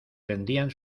tendían